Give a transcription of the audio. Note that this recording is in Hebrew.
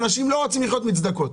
אנשים לא רוצים לחיות מכספי צדקה.